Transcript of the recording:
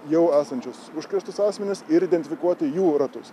jau esančius užkrėstus asmenis ir identifikuoti jų ratus